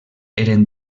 eren